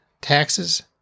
taxes